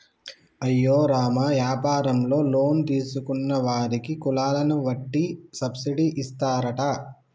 అయ్యో రామ యాపారంలో లోన్ తీసుకున్న వారికి కులాలను వట్టి సబ్బిడి ఇస్తారట